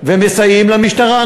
ומסייעים למשטרה,